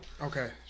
okay